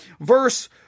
verse